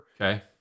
Okay